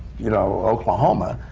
you know, oklahoma!